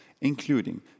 including